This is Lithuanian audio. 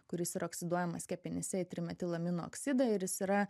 kuris yra oksiduojamas kepenyse į trimetilamino oksidą ir jis yra